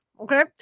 Okay